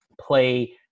play